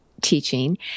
teaching